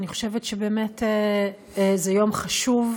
אני חושבת שזה באמת יום חשוב,